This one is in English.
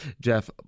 Jeff